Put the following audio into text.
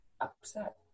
upset